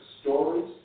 stories